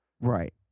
Right